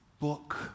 book